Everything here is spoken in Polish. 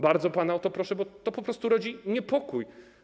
Bardzo pana o to proszę, bo to po prostu rodzi niepokój.